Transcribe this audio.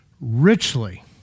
Richly